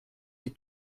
les